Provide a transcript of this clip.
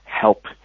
help